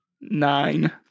Nine